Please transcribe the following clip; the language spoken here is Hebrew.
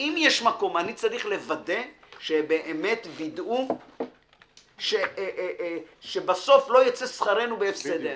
שאם יש מקום אני צריך לוודא שבאמת ווידאו שבסוף לא יצא שכרנו בהפסדנו.